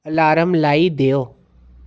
alarm लाई देओ